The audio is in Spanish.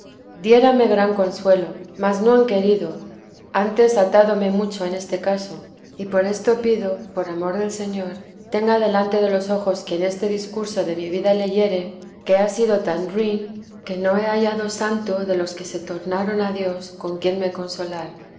diérame gran consuelo mas no han querido antes atádome mucho en este caso y por esto pido por amor del señor tenga delante de los ojos quien este discurso de mi vida leyere que ha sido tan ruin que no he hallado santo de los que se tornaron a dios con quien me consolar